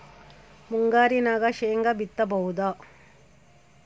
ಮುಂಗಾರಿನಾಗ ಶೇಂಗಾ ಬಿತ್ತಬಹುದಾ?